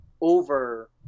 over